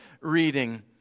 reading